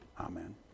Amen